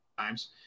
times